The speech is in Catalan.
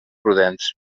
prudents